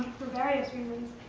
for various reasons.